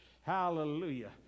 Hallelujah